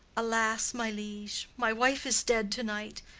alas, my liege, my wife is dead to-night!